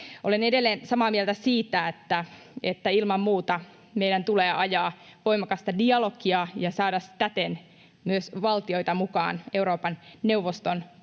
Olen edelleen samaa mieltä siitä, että ilman muuta meidän tulee ajaa voimakasta dialogia ja saada täten myös valtioita mukaan Euroopan neuvoston kantamiin